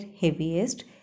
heaviest